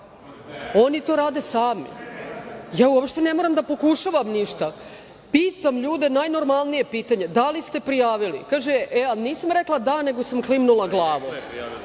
oni to rade sami, ja uopšte ne mogu da pokušavam ništa. Pitam ljude najnormalnije pitanje, da li ste prijavili? Kaže, nisam rekla da, nego sam klimnula glavom,